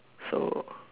so